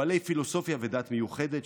בעלי פילוסופיה ודת מיוחדת,